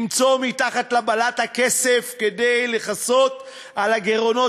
למצוא מתחת לבלטה כסף כדי לכסות על הגירעונות